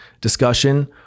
discussion